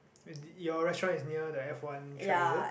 your restaurant is near the F one track is it